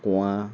কুঁৱা